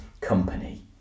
company